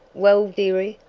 well, dearie,